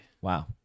Wow